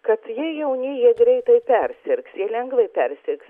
kad jie jauni jie greitai persirgs jie lengvai persirgs